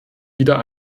wieder